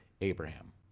Abraham